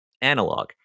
analog